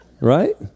Right